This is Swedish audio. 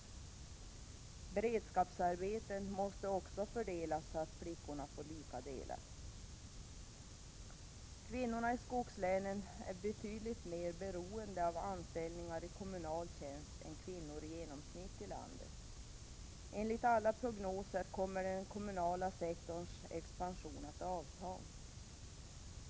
Beredskapsarbeten måste också fördelas så att pojkar och flickor får lika många. Kvinnorna i skogslänen är betydligt mer beroende av anställningar i kommunal tjänst än kvinnor i genomsnitt i landet. Enligt alla prognoser kommer den kommunala sektorns expansion att avta.